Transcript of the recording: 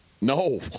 No